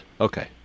Okay